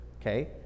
okay